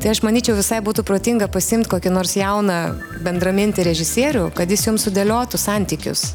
tai aš manyčiau visai būtų protinga pasiimt kokį nors jauną bendramintį režisierių kad jis jum sudėliotų santykius